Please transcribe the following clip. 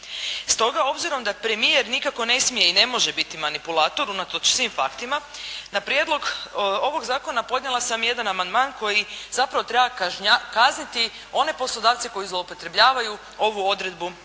Stoga obzirom da premijer nikako ne smije i ne može biti manipulator unatoč svim faktima, na prijedlog ovog zakona podnijela sam jedan amandman koji zapravo treba kazniti one poslodavce koji zloupotrebljavaju ovu odredbu